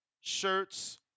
shirts